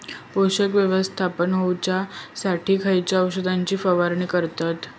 पोषक व्यवस्थापन होऊच्यासाठी खयच्या औषधाची फवारणी करतत?